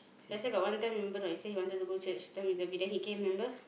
that's why got one time not you say you want go church then he can't remember